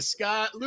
Scott